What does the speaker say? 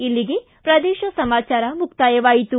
ಇಲ್ಲಿಗೆ ಪ್ರದೇಶ ಸಮಾಚಾರ ಮುಕ್ತಾಯವಾಯಿತು